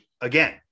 again